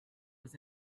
was